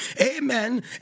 amen